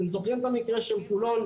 אתם זוכרים את המקרה של חולון,